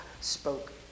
spoke